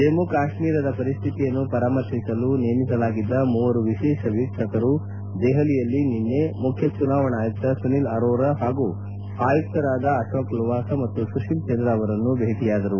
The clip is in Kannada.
ಜಮ್ನು ಕಾತ್ನೀರದ ಪರಿಸ್ಥಿತಿಯನ್ನು ಪರಾಮರ್ತಿಸಲು ನೇಮಿಸಲಾಗಿದ್ದ ಮೂವರು ವಿಶೇಷ ವೀಕ್ಷಕರು ದೆಹಲಿಯಲ್ಲಿ ನಿನ್ನೆ ಮುಖ್ಯ ಚುನಾವಣಾ ಆಯುಕ್ತ ಸುನೀಲ್ ಅರೋರಾ ಹಾಗೂ ಆಯುಕ್ತರಾದ ಅಶೋಕ್ ಲವಾಸ ಮತ್ತು ಸುತೀಲ್ಚಂದ್ರ ಅವರನ್ನು ಭೇಟಿಯಾದರು